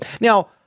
Now